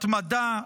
התמדה,